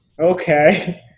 okay